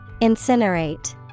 Incinerate